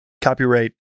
Copyright